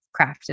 crafted